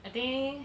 I think